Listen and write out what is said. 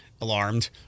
alarmed